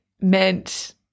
meant